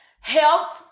helped